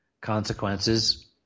consequences